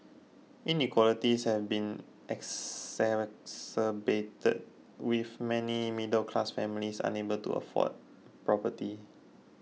inequalities have been exacerbated with many middle class families unable to afford property